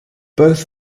both